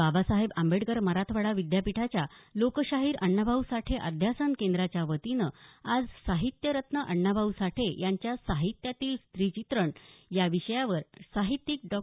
बाबासाहेब आंबेडकर मराठवाडा विद्यापीठाच्या लोकशाहीर अण्णाभाऊ साठे अध्यासन केंद्राच्या वतीनं आज साहित्यरत्न अण्णा भाऊ साठे यांच्या साहित्यातील स्त्री चित्रण या विषयावर साहित्यिक डॉ